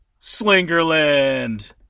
Slingerland